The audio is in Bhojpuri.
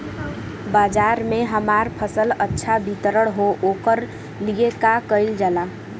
बाजार में हमार फसल अच्छा वितरण हो ओकर लिए का कइलजाला?